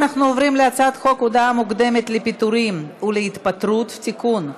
אנחנו עוברים להצעת חוק הודעה מוקדמת לפיטורים ולהתפטרות (תיקון,